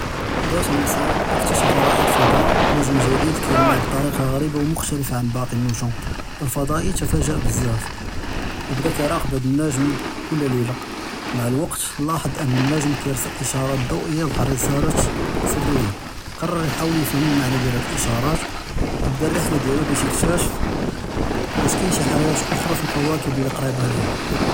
זאת מסאא אקטשף ראעד פדאא נוג’ם ג’דיד קאיילמע בוואחד אלטריקה עג’יבה ומוכתלעפה עלא באקי אלנג’ום, ואלפדאאא תפהאג’ בזאף ובדה כיראקב האד אלנוג’ם קול לילה. מעאל אלוקת לחץ אנו אלנוג’ם קירסל איאתאראת ד’אווייה וחרסלות סריה, קארר יחל יפהם אלמעני דיאל האדל איאתאראת ובדה אלריחלה דיאלו באש יקטשף וש קאין חיאא אחרא פלקוואכב אלי קריבה ליה.